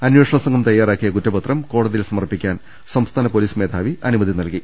അന്വേ ഷണ സംഘം തയ്യാറാക്കിയ കുറ്റപത്രം കോടതിയിൽ സമർപ്പിക്കാൻ സംസ്ഥാന പൊലീസ് മേധാവി അനുമതി നൽകി